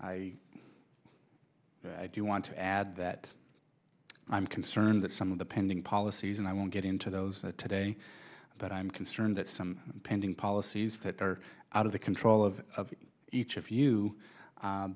i do want to add that i'm concerned that some of the pending policies and i won't get into those today but i'm concerned that some pending policies that are out of the control of each